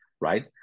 right